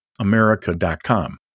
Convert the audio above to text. America.com